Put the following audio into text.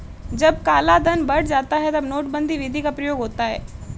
जब कालाधन बढ़ जाता है तब नोटबंदी विधि का प्रयोग होता है